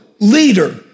leader